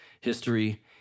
history